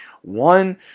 one